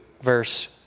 verse